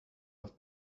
auf